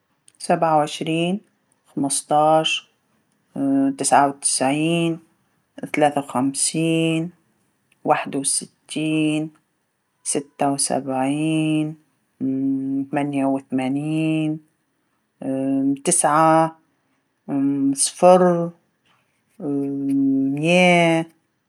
سبعه وعشرين، خمسطاعش، تسعه وتسعين، تلاثة وخمسين، واحد وستين، ثمانيه وثمانين، تسعه، صفر، ميه.